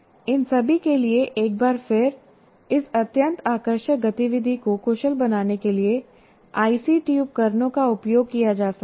इन सभी के लिए एक बार फिर इस अत्यंत आकर्षक गतिविधि को कुशल बनाने के लिए आईसीटी उपकरणों का उपयोग किया जा सकता है